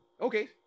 Okay